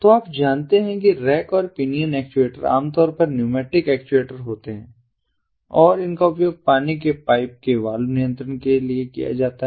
तो आप जानते हैं कि रैक और पिनियन एक्चुएटर आमतौर पर न्यूमैटिक एक्चुएटर होते हैं और इनका उपयोग पानी के पाइप के वाल्व नियंत्रण के लिए किया जाता है